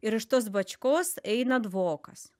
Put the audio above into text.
ir iš tos bačkos eina dvokas